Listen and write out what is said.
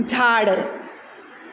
झाड